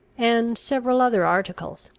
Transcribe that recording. and several other articles.